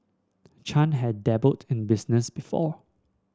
Chan had dabbled in business before